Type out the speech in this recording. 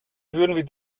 würden